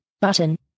button